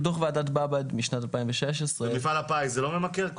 דוח ועדת באב"ד משנת 2016 --- מפעל הפיס זה לא ממכר?